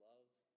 love